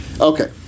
Okay